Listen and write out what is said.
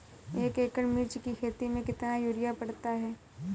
एक एकड़ मिर्च की खेती में कितना यूरिया पड़ता है?